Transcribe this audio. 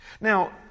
Now